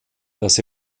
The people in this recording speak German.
dass